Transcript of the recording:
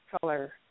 color